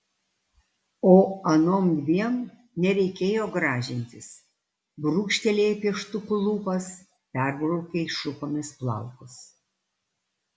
o anom dviem nereikėjo gražintis brūkštelėjai pieštuku lūpas perbraukei šukomis plaukus